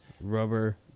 rubber